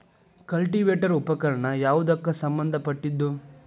Cultivator ಉಪಕರಣ ಯಾವದಕ್ಕ ಸಂಬಂಧ ಪಟ್ಟಿದ್ದು?